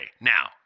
now